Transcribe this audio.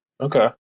Okay